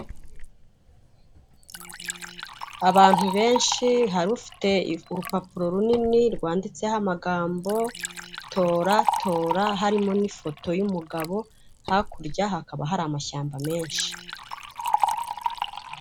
Abantu benshi, hari ufite urupapuro runini rwanditseho amagambo tora, tora, harimo n'ifoto y'umugabo, hakurya hakaba hari amashyamba menshi.